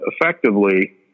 effectively